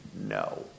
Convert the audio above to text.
No